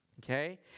Okay